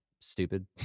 stupid